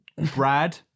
Brad